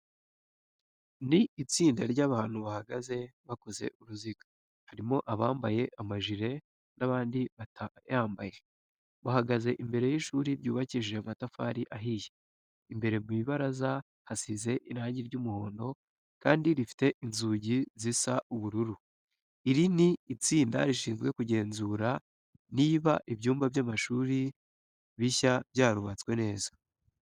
Ni itsinda ry'abantu bahagaze bakoze uruziga, harimo abambaye amajire n'abandi batayambaye. Bahagaze imbere y'ishuri ryubakishije amatafari ahiye, imbere mu ibaraza hasize irange ry'umuhondo kandi rifite inzugi zisa ubururu. Iri ni itsinda rishizwe kugenzura niba ibyumba by'amashuri bishya byurubatswe neza.